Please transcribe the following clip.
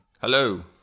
Hello